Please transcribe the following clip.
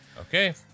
Okay